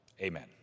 amen